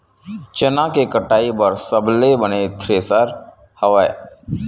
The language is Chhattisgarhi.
चना के कटाई बर सबले बने थ्रेसर हवय?